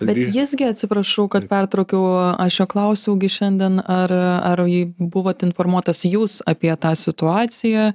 bet jis gi atsiprašau kad pertraukiau aš jo klausiau gi šiandien ar ar buvot informuotas jūs apie tą situaciją